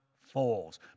falls